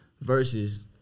versus